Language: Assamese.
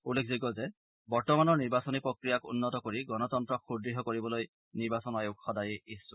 উল্লেখযোগ্য যে বৰ্তমানৰ নিৰ্বাচনী প্ৰক্ৰিয়াক উন্নত কৰি গণতন্ত্ৰক সুদ্ঢ কৰিবলৈ নিৰ্বাচন আয়োগ সদায়েই ইচ্ছুক